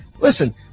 listen